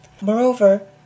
Moreover